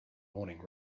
morning